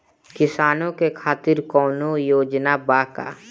किसानों के खातिर कौनो योजना बा का?